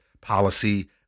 policy